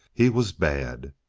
he was bad.